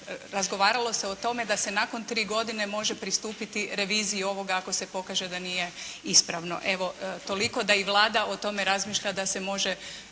razgovaralo se o tome da se nakon tri godine može pristupiti reviziji ovoga ako se pokaže da nije ispravno. Evo, toliko da i Vlada o tome razmišlja da se može